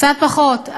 קצת פחות.